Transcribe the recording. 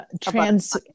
trans